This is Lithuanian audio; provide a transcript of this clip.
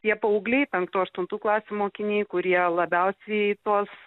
tie paaugliai penktų aštuntų klasių mokiniai kurie labiausiai į tuos